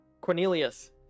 Cornelius